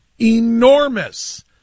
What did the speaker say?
enormous